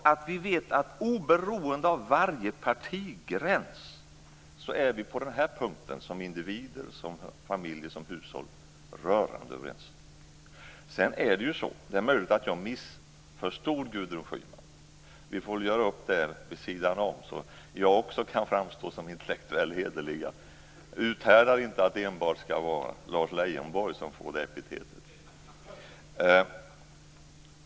Ändå vet vi att oberoende av varje partigräns är vi på den här punkten - som individer, som familjer, som hushåll - rörande överens. Sedan är det möjligt att jag missförstod Gudrun Schyman. Vi får väl göra upp det vid sidan om så att jag också kan framstå som intellektuellt hederlig - jag uthärdar inte att enbart Lars Leijonborg får det epitetet.